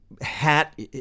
hat